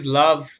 love